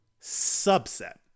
subset